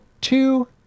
two